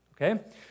Okay